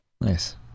Nice